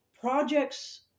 Projects